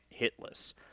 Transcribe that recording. hitless